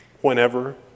whenever